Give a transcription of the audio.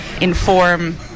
inform